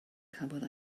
cafodd